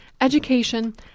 education